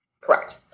Correct